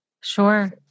Sure